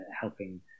helping